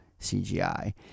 CGI